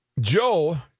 Joe